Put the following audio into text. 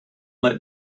let